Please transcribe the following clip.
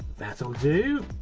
that'll do!